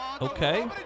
Okay